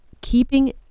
keeping